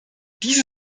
diese